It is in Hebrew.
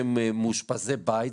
מאושפזי בית,